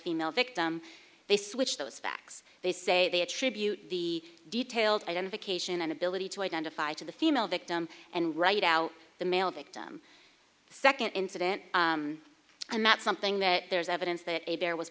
female victim they switch those facts they say they attribute the detailed identification and ability to identify to the female victim and write out the male victim second incident and that's something that there's evidence that there was